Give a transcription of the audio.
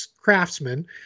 craftsmen